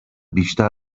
بیشتر